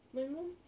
my mum